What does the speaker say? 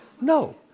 No